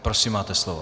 Prosím, máte slovo.